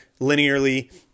linearly